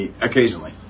Occasionally